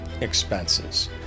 expenses